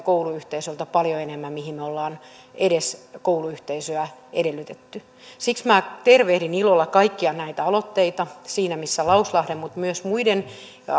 kouluyhteisöltä paljon enemmän mitä me olemme edes kouluyhteisöltä edellyttäneet siksi minä tervehdin ilolla kaikkia näitä aloitteita siinä missä lauslahden niin myös muiden